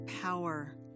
power